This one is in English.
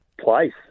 place